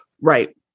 Right